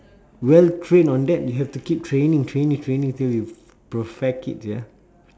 well trained on that you have to keep training training training till you've perfect it ya